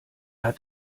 hat